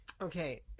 Okay